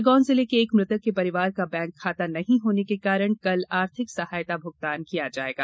खरगौन जिले के एक मृतक के परिवार का बैंक खाता नहीं होने के कारण कल आर्थिक सहायता भुगतान किया जाएगा